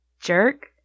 Jerk